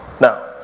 Now